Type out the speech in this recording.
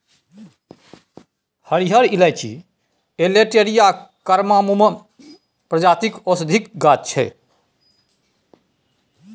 हरियर इलाईंची Elettaria cardamomum प्रजातिक औषधीक गाछ छै